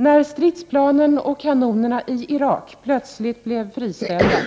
När stridsflygplanen och kanonerna i Irak plötsligt blev friställda